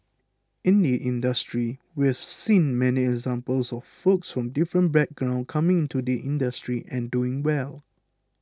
in the industry we've seen many examples of folks from different backgrounds coming into the industry and doing well